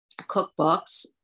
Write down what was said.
cookbooks